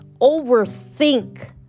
overthink